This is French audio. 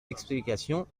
explications